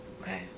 Okay